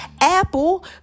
apple